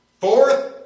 fourth